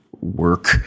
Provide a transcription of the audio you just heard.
work